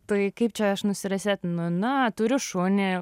tai kaip čia aš nusiresėtinu na turiu šunį